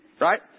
right